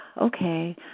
okay